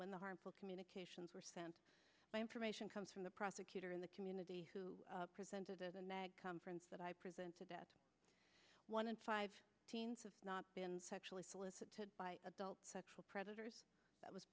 when the harmful communications were sent by information comes from the prosecutor in the community who presented as a mag conference that i presented that one in five teens have not been sexually solicited by adult sexual predators that was